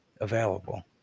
available